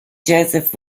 joseph